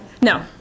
No